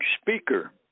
speaker